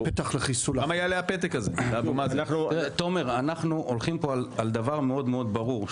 תומר, אנחנו הולכים כאן על דבר מאוד מאוד ברור.